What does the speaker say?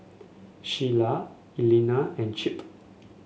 Sheilah Elana and Chip